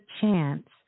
chance